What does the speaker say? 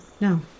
no